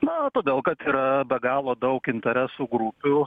na o todėl kad yra be galo daug interesų grupių